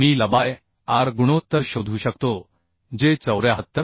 मी Lबाय R गुणोत्तर शोधू शकतो जे 74